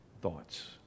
thoughts